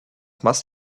must